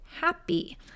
happy